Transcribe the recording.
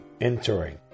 entering